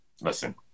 Listen